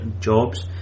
jobs